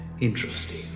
Interesting